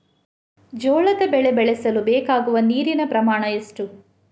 ಜೋಳದ ಬೆಳೆ ಬೆಳೆಸಲು ಬೇಕಾಗುವ ನೀರಿನ ಪ್ರಮಾಣ ಎಷ್ಟು?